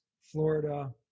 Florida